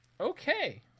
okay